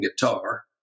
guitar